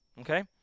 okay